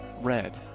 Red